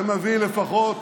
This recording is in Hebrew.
זה מביא לפחות